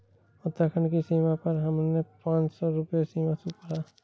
उत्तराखंड की सीमा पर हमने पांच सौ रुपए सीमा शुल्क भरा